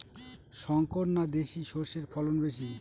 শংকর না দেশি সরষের ফলন বেশী?